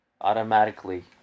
automatically